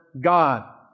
God